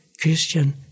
Christian